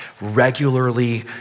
regularly